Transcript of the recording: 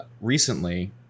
recently